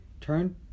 turn